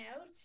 out